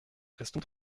restons